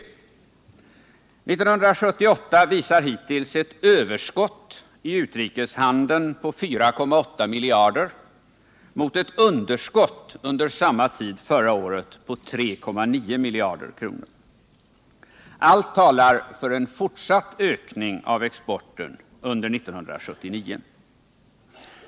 1978 visar hittills ett överskott i utrikeshandeln på 4,8 miljarder mot ett underskott under samma tid förra året på 3,9 miljarder kronor. Allt talar för en fortsatt ökning av exporten under 1979.